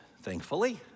thankfully